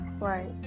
right